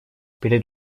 перед